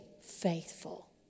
faithful